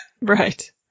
Right